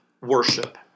worship